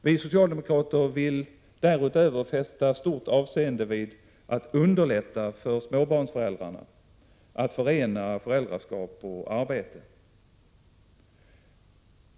Vi socialdemokrater vill därutöver fästa stort avseende vid att underlätta för småbarnsföräldrarna att förena föräldraskap och arbete.